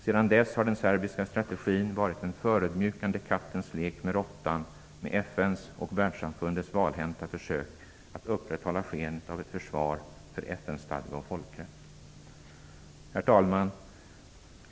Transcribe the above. Sedan dess har den serbiska strategin varit en förödmjukande kattens lek med råttan med FN:s och världssamfundets valhänta försök att upprätthålla skenet av ett försvar för FN Herr talman!